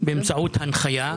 באמצעות הנחיה.